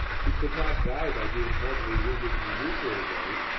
he could not die by being mortally wounded in the usual way,